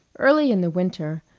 early in the winter,